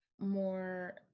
more